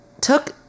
took